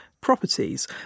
properties